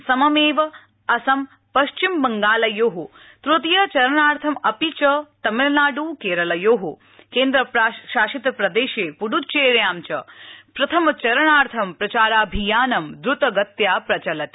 सममेव असम पश्चिमबंगालयोः तृतीय चरणार्थं अपिच तमिलनाडु केरलयोः केन्द्रशासित प्रदेशे प्ड्वेर्य्यां च प्रथमचरणार्थं प्रचाराभियानं द्र्तगत्या प्रचलति